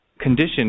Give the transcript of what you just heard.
condition